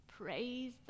Praise